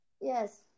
yes